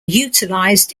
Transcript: utilized